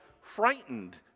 frightened